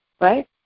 right